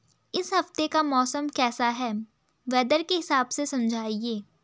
इस हफ्ते का मौसम कैसा है वेदर के हिसाब से समझाइए?